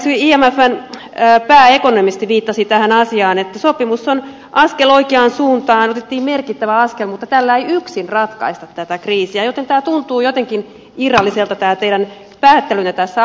muun muassa imfn pääekonomisti viittasi tähän asiaan että sopimus on askel oikeaan suuntaan otettiin merkittävä askel mutta tällä ei yksin ratkaista tätä kriisiä joten tämä teidän päättelynne tässä asiassa tuntuu jotenkin irralliselta